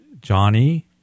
Johnny